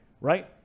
Right